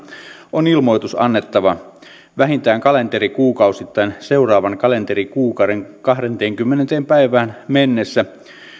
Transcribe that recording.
on ilmoitus annettava vähintään kalenterikuukausittain seuraavan kalenterikuukauden kahdenteenkymmenenteen päivään mennessä